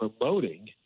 promoting